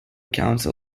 council